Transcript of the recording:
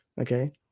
okay